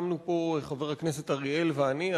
חבר הכנסת אריאל ואני,